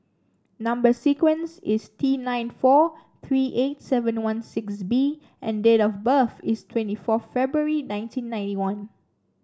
number sequence is T nine four three eight seven one six B and date of birth is twenty four February nineteen ninety one